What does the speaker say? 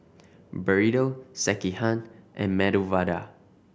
Burrito Sekihan and Medu Vada